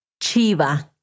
chiva